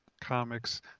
comics